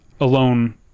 alone